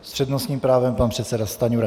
S přednostním právem pan předseda Stanjura.